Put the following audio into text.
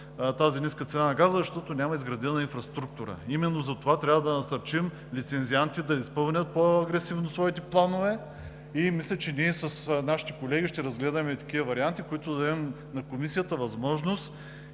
тази ниска цена на газта, защото няма изградена инфраструктура. Именно затова трябва да насърчим лицензиантите да изпълнят по-агресивно своите планове и мисля, че ние с нашите колеги ще разгледаме такива варианти, с които да дадем на Комисията възможност